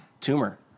tumor